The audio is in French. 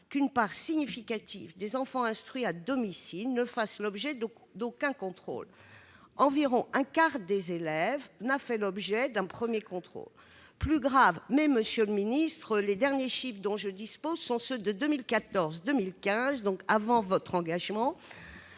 qu'une part significative des enfants instruits à domicile ne fasse l'objet d'aucun contrôle. Environ un quart des élèves n'a pas fait l'objet d'un premier contrôle. Il y a plus grave, monsieur le ministre, mais les derniers chiffres dont je dispose sont ceux de 2014-2015. À ces dates,